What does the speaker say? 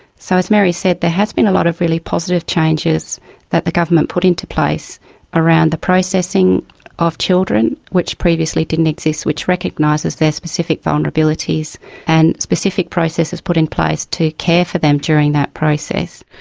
so as mary said, there has been a lot of really positive changes that the government put into place around the processing of children, which previously didn't exist, which recognises their specific vulnerabilities and specific processes put in place to care for them during that process.